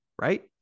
right